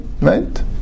right